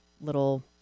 little